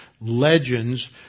legends